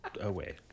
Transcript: away